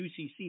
UCC